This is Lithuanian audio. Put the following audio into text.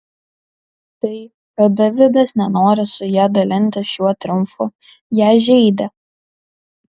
tai kad davidas nenori su ja dalintis šiuo triumfu ją žeidė